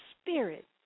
spirit